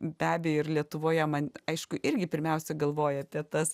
be abejo ir lietuvoje man aišku irgi pirmiausia galvoji apie tas